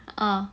uh